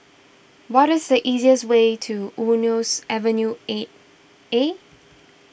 what is the easiest way to Eunos Avenue eight A